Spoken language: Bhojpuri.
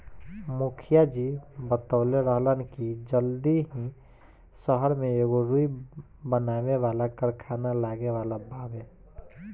मुखिया जी बतवले रहलन की जल्दी ही सहर में एगो रुई बनावे वाला कारखाना लागे वाला बावे